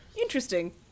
Interesting